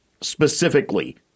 specifically